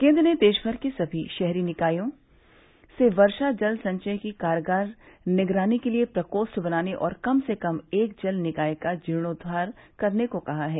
केन्द्र ने देश भर के सभी शहरी स्थानीय निकायों से वर्ष जल संचय की कारगर निगरानी के लिए प्रकोष्ठ बनाने और कम से कम एक जल निकाय का जीर्णोद्वार करने को कहा है